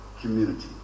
community